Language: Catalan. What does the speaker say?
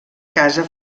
casa